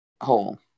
Hole